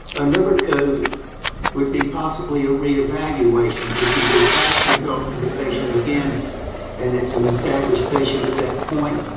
another code would be possibly a re-evaluation if you go back to talk to the patient again and it's an established patient at that point.